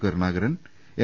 Karunakaran M